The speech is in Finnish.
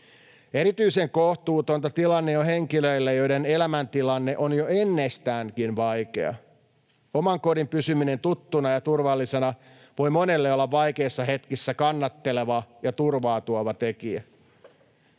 Erityisen kohtuutonta tilanne on henkilöillä, joiden elämäntilanne on jo ennestäänkin vaikea. Oman kodin pysyminen tuttuna ja turvallisena voi monelle olla vaikeissa hetkissä kannatteleva ja turvaa tuova tekijä.